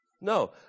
No